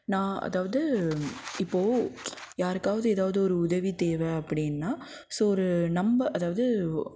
நான் அதாவது இப்போது யாருக்காவது ஏதாவது ஒரு உதவி தேவை அப்படின்னா ஸோ ஒரு நம்ம அதாவது ஒ